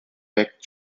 peck